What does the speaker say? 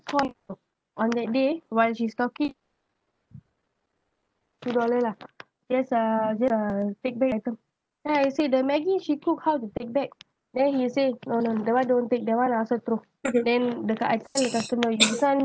call me on that day while she's talking two dollar lah he has a a take back item then I say the maggie she cook how to take back then he say no no that [one] don't take that [one] ask her throw then the cu~ I tell the customer this [one]